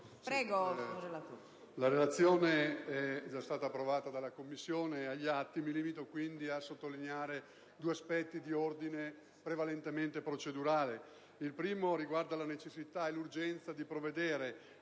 la Relazione è già stata approvata dalla Commissione ed è agli atti. Mi limiterò pertanto a sottolineare due aspetti di ordine prevalentemente procedurale. Il primo riguarda la necessità e l'urgenza di provvedere